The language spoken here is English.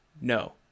no